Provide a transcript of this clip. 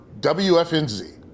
WFNZ